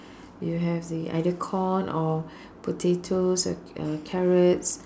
you have the either corn or potatoes or uh carrots